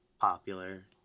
popular